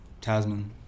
Tasman